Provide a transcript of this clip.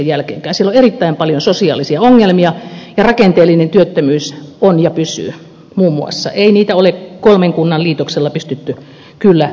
siellä on erittäin paljon sosiaalisia ongelmia ja rakenteellinen työttömyys on ja pysyy muun muassa ei niitä ole kolmen kunnan liitoksella pystytty kyllä korjaamaan